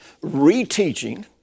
reteaching